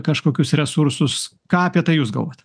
kažkokius resursus ką apie tai jus galvojat